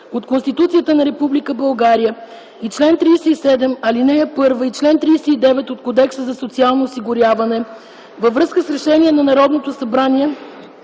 от Конституцията на Република България и чл. 37, ал. 1 и чл. 39 от Кодекса за социално осигуряване във връзка с Решение на Народното събрание